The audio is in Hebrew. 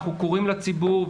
אנחנו קוראים לציבור,